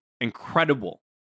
incredible